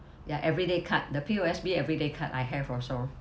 ya everyday card the P_O_S_B everyday card I have also